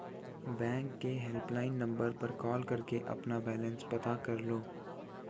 bank के helpline number पर call करके अपना बैलेंस पता कर लो